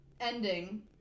ending